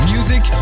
Music